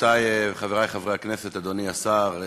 חברותי וחברי חברי הכנסת, אדוני השר,